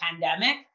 pandemic